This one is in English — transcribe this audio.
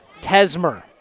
Tesmer